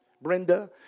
Brenda